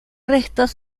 restos